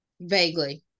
vaguely